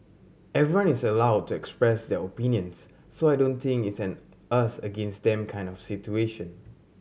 everyone is allowed to express their opinions so I don't think it's an us against them kind of situation